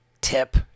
Tip